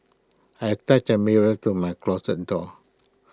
I attached A mirror to my closet door